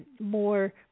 more